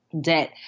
debt